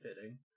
fitting